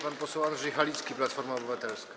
Pan poseł Andrzej Halicki, Platforma Obywatelska.